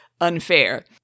unfair